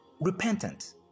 repentant